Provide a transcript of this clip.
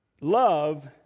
love